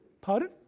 Pardon